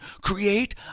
create